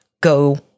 go